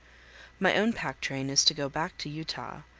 my own pack train is to go back to utah,